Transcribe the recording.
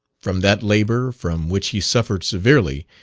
from that labour, from which he suffered severely,